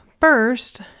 first